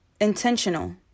intentional